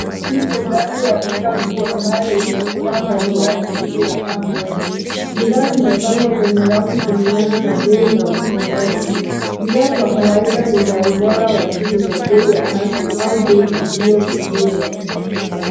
Hii ni ndani ya duka kuu ambayo ina bidhaa mbalimbali chini ya paa moja. Bidhaa zimepangwa kwenye rafu kulingana na bei na utendaji. Bidhaa kwa kawaida ni za ubora wa juu na bei ya haki au bei iliyopunguzwa.